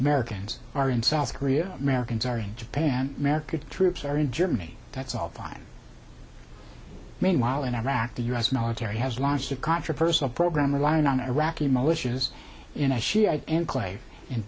americans are in south korea americans are in japan american troops are in germany that's all fine meanwhile in iraq the u s military has launched a controversial program relying on iraqi militias in a shiite enclave in